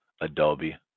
Adobe